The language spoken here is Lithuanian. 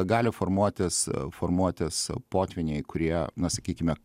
gali formuotis formuotis potvyniai kurie na sakykime